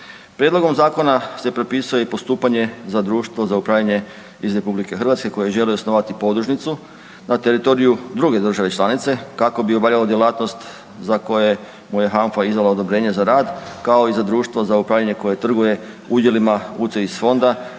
Prijedlogom zakona se propisuje i postupanje za društvo za upravljanje iz RH kojim žele osnovati podružnicu na teritoriju druge države članice kako bi obavljalo djelatnost za koje mu je HANFA izdala odobrenje za rad, kao i za društvo za upravljanje koje trguje udjelima UCITS fonda